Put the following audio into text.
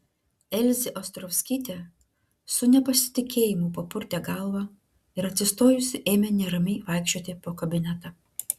elzė ostrovskytė su nepasitikėjimu papurtė galvą ir atsistojusi ėmė neramiai vaikščioti po kabinetą